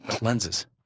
Lenses